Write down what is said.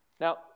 Now